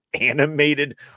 animated